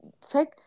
take